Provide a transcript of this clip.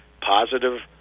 positive